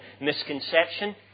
misconception